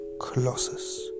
Colossus